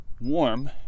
warm